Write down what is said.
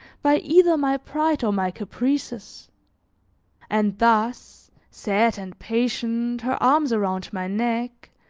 by either my pride or my caprices and thus, sad and patient, her arms around my neck,